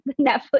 Netflix